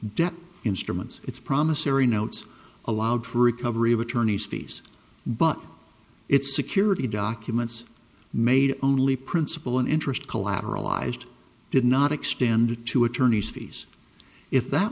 debt instrument its promissary notes allowed for recovery of attorneys fees but its security documents made only principal and interest collateralized did not extend to attorney's fees if that